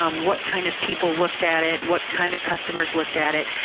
um what kind of people looked at it? what kind of customers looked at it?